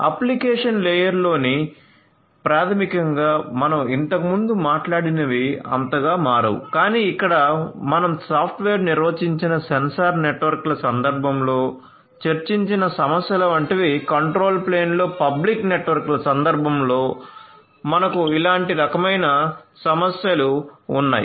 application లేయర్లో ప్రాథమికంగా మనం ఇంతకుముందు మాట్లాడినవి అంతగా మారవు కానీ ఇక్కడ మనం సాఫ్ట్వేర్ నిర్వచించిన సెన్సార్ నెట్వర్క్ల సందర్భం లో చర్చించిన సమస్యల వంటివి కంట్రోల్ ప్లేన్లో పబ్లిక్ నెట్వర్క్ల సందర్భంలో మనకు ఇలాంటి రకమైన సమస్యలు ఉన్నాయి